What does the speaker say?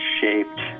shaped